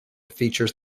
features